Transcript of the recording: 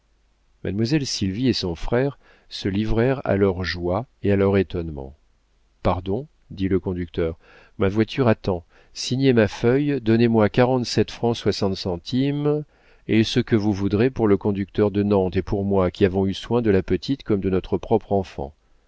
mademoiselle sylvie et son frère se livrèrent à leur joie et à leur étonnement pardon dit le conducteur ma voiture attend signez ma feuille donnez-moi quarante-sept francs soixante centimes et ce que vous voudrez pour le conducteur de nantes et pour moi qui avons eu soin de la petite comme de notre propre enfant